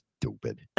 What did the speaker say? Stupid